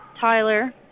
Tyler